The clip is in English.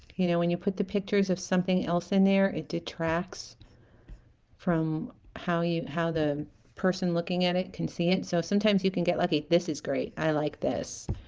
you know when you put the pictures of something else in there it detracts from how you how the person looking at it can see it so sometimes you can get lucky this is great i like this